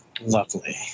Lovely